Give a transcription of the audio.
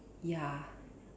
ya